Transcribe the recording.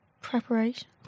Preparation